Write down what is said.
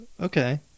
Okay